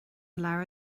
leabhar